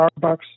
Starbucks